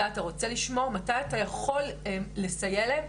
רוצה לשמוע, מתי אתה יכול לסייע להם.